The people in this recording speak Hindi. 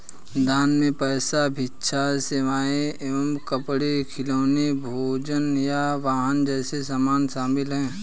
दान में पैसा भिक्षा सेवाएं या कपड़े खिलौने भोजन या वाहन जैसे सामान शामिल हैं